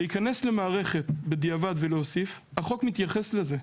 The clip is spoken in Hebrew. להיכנס למערכת בדיעבד ולהוסיף, החוק מתייחס לזה,